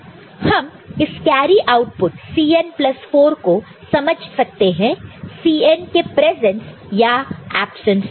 हम इस carry output Cn plus 4 को समझ सकते हैं Cn के प्रेज़ॅन्स या ऐब्सन्स में